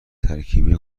ترکیبی